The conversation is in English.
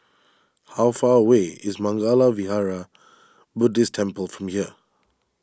how far away is Mangala Vihara Buddhist Temple from here